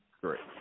Correct